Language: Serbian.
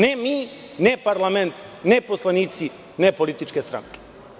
Ne mi, ne parlament, ne poslanici, ne političke stranke.